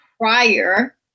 prior